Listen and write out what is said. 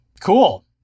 Cool